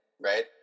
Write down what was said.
Right